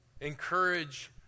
encourage